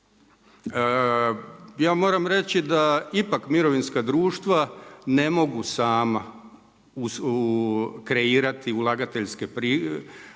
Ja moram reći da ipak mirovinska društva ne mogu sama kreirati ulagateljske prilike,